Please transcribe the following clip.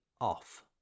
off